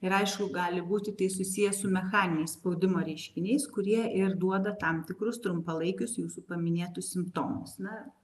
ir aišku gali būti tai susiję su mechaniniais spaudimo reiškiniais kurie ir duoda tam tikrus trumpalaikius jūsų paminėtus simptomus na